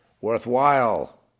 worthwhile